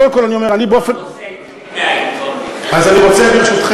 זו לא הייתה השאלה, ואני נורא נורא כואב את העובדה